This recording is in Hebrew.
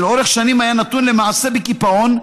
שלאורך שנים היה נתון למעשה בקיפאון,